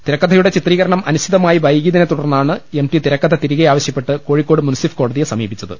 തിര ക്കഥയുടെ ചിത്രീകരണം അനിശ്ചിതമായി വൈകിയതിനെ തുടർന്നാണ് എം ടി തിരക്കഥ തിരികെ ആവശ്യപ്പെട്ട് കോഴിക്കോട് മുൻസിഫ് കോടതിയെ സമീപിച്ചത്